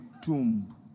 tomb